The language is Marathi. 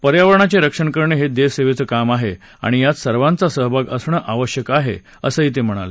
पर्यावरणाचे रक्षण करणं हे देशसेवेचं काम आहे आणि यात सर्वांचा सहभाग असणं आवश्यक आहे असंही ते म्हणाले